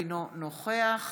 אינו נוכח